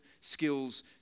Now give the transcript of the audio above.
skills